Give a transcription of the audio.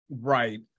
right